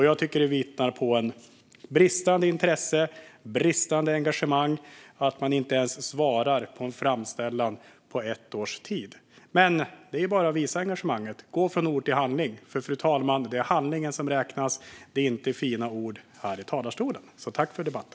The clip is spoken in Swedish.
Jag tycker att det vittnar om bristande intresse och engagemang att man inte har svarat på en framställan som kom för ett år sedan. Det är bara att visa engagemanget och gå från ord till handling! Det är handlingen som räknas, fru talman, och inte fina ord här i talarstolen. Tack för debatten!